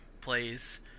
plays